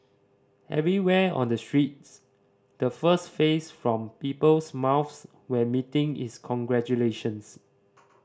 everywhere on the streets the first phrase from people's mouths when meeting is congratulations